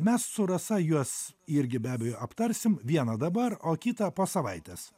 mes su rasa juos irgi be abejo aptarsim vieną dabar o kitą po savaitės